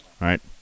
right